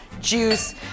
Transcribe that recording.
juice